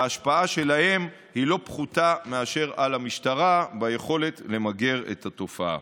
וההשפעה שלהם היא לא פחותה מאשר של המשטרה ביכולת למגר את התופעה.